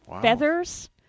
feathers